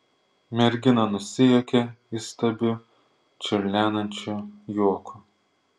mergina nusijuokė įstabiu čiurlenančiu juoku